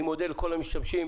אני מודה לכל המשתתפים,